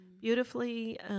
beautifully